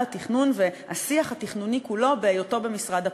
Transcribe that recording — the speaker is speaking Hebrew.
התכנון והשיח התכנוני כולו בהיותו במשרד הפנים.